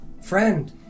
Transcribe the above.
Friend